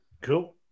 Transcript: Cool